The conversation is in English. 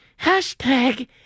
Hashtag